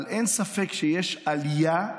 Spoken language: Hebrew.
אבל אין ספק שיש עלייה,